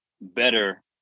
better